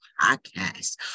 podcast